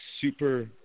super